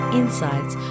insights